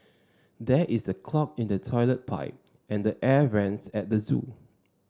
there is a clog in the toilet pipe and the air vents at the zoo